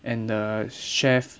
and the chef